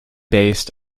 based